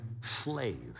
slave